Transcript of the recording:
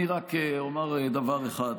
אני רק אומר דבר אחד.